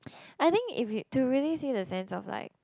I think if you to really see the sense of like